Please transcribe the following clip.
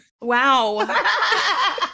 Wow